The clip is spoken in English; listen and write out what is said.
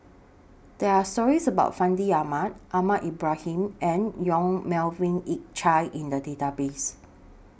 There Are stories about Fandi Ahmad Ahmad Ibrahim and Yong Melvin Yik Chye in The Database